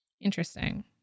Interesting